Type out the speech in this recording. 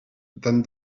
than